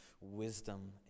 wisdom